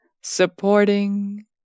supporting